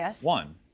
one